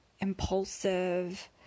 impulsive